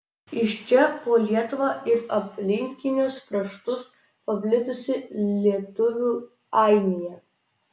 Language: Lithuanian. iš čia po lietuvą ir aplinkinius kraštus paplitusi lietuvių ainija